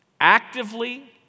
Actively